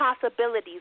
possibilities